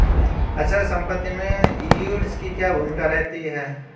अचल संपत्ति में यील्ड की क्या भूमिका रहती है?